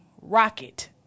rocket